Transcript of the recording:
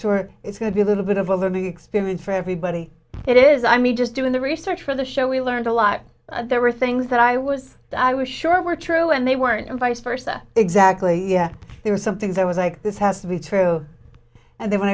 sure it's going to be a little bit of a learning experience for everybody it is i mean just doing the research for the show we learned a lot and there were things that i was i was sure were true and they weren't and vice versa exactly yeah there were some things i was like this has to be true and then when